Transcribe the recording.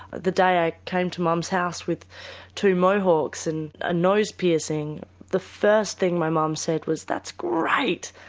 the day i came to mum's house with two mohawks and a nose piercing the first thing my mum said was that's great!